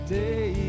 day